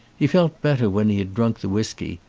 he felt better when he had drunk the whisky,